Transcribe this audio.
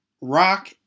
rock